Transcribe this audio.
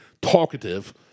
talkative